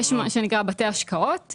יש מה שנקרא בתי השקעות.